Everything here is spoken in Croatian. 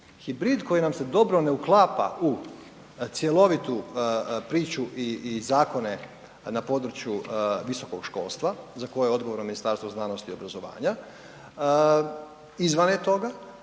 Hibrid koji nam se dobro ne uklapa u cjelovitu priču i zakone na području visokog školstva za koje je odgovorno Ministarstvo znanosti i obrazovanja, izvan je toga,